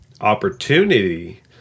opportunity